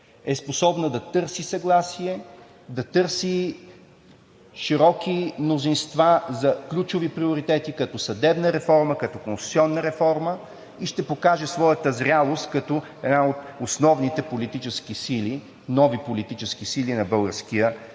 е способна да търси съгласие, да търси широки мнозинства за ключови приоритети – като съдебна реформа, като конституционна реформа и ще покаже своята зрялост като една от основните нови политически сили на българския